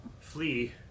flee